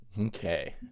okay